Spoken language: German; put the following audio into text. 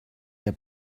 der